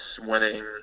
winning